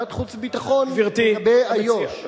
ועדת חוץ וביטחון לגבי איו"ש, גברתי, הוא הציע.